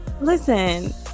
Listen